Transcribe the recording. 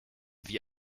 wie